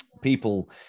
people